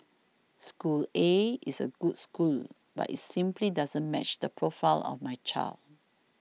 school A is a good school but it's simply doesn't match the profile of my child